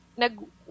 nag-